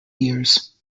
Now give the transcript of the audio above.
years